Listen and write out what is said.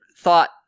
thought